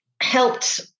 helped